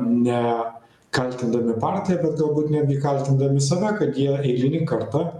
ne kaltindami partiją bet galbūt netgi kaltindami save kad jie eilinį kartą